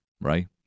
right